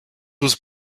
was